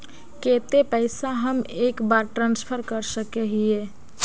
केते पैसा हम एक बार ट्रांसफर कर सके हीये?